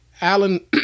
Alan